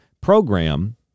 program